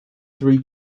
three